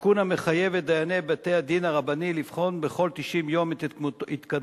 תיקון המחייב את דייני בתי-הדין הרבני לבחון בכל 90 יום את ההתקדמות